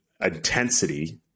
intensity